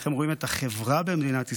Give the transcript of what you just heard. איך הם רואים את החברה במדינת ישראל,